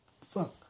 Fuck